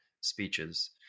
speeches